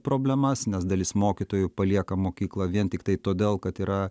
problemas nes dalis mokytojų palieka mokyklą vien tiktai todėl kad yra